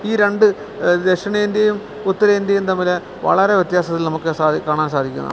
ഈ രണ്ട് ദക്ഷിണേന്ത്യയും ഉത്തരേന്ത്യയും തമ്മില് വളരെ വ്യത്യാസത്തിൽ നമുക്ക് കാണാൻ സാധിക്കുന്നതാണ്